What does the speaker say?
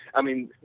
i mean,